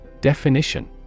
Definition